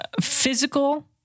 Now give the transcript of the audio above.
physical